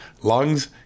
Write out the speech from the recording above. lungs